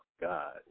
God